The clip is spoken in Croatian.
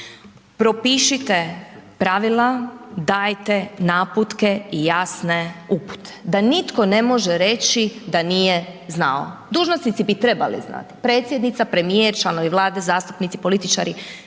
propišite pravila, dajte naputke i jasne upute da nitko ne može reći da nije znao. Dužnosnici bi trebali znati, predsjednica, premijer, članovi Vlade, zastupnici, političari,